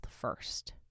first